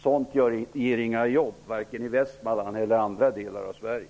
Sådant ger inga jobb, vare sig i Västmanland eller i andra delar av Sverige.